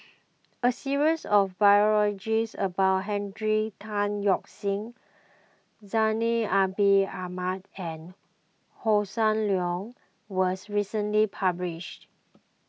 a series of biologies about Henry Tan Yoke See Zainal Ahmad and Hossan Leong was recently published